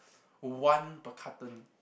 one per carton